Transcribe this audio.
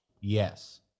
Yes